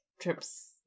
trips